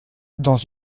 dans